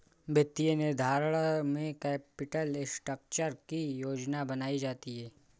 वित्तीय निर्धारण में कैपिटल स्ट्रक्चर की योजना बनायीं जाती है